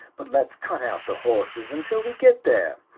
but let's cut out the horses until we get there.